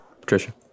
Patricia